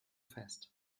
fest